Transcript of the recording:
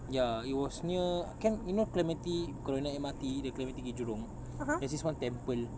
ya it was near kan you know clementi kalau naik M_R_T dari clementi pergi jurong there's this one temple